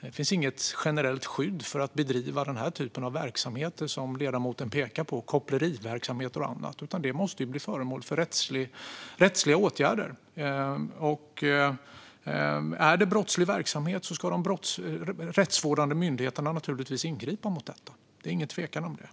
Det finns inget generellt skydd för att bedriva den typ av verksamheter som ledamoten pekar på, koppleriverksamhet och annat, utan det måste ju bli föremål för rättsliga åtgärder. Är det brottslig verksamhet ska de rättsvårdande myndigheterna naturligtvis ingripa mot detta. Det är ingen tvekan om det.